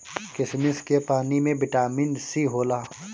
किशमिश के पानी में बिटामिन सी होला